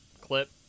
clip